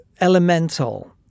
elemental